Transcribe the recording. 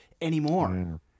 anymore